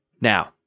Now